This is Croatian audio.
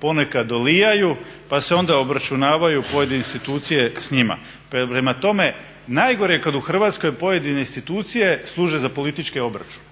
ponekad dolijaju pa se onda obračunaju pojedine institucije s njima. Pa prema tome, najgore je kad u Hrvatskoj pojedine institucije službe za političke obračune.